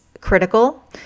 critical